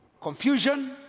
confusion